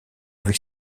avec